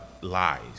lies